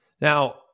Now